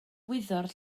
wyddor